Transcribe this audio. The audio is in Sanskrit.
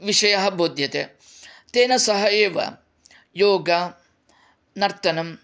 विषयः बोध्यते तेन सह एव योगः नर्तनम्